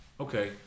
Okay